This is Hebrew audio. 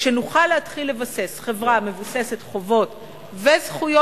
כשנוכל להתחיל לבסס חברה מבוססת חובות וזכויות,